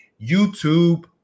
youtube